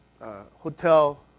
hotel